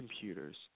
computers